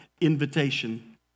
invitation